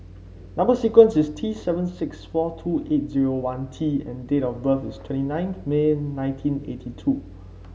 number sequence is T seven six four two eight zero one T and date of birth is twenty nineth May nineteen eighty two